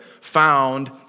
found